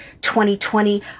2020